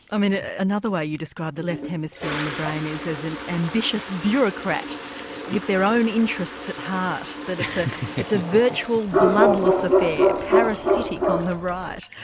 um and another way you describe the left hemisphere in the brain is is an ambitious bureaucrat with their own interests at heart it's a virtual bloodless affair, parasitic on the right. yes,